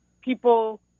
people